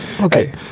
okay